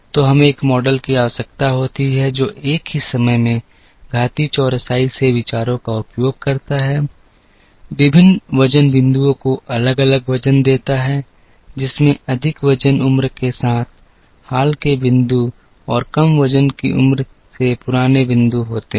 तो हमें एक मॉडल की आवश्यकता है जो एक ही समय में घातीय चौरसाई से विचारों का उपयोग करता है विभिन्न वजन बिंदुओं को अलग अलग वजन देता है जिसमें अधिक वजन उम्र के साथ हाल के बिंदु और कम वजन की उम्र से पुराने बिंदु होते हैं